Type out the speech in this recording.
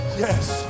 yes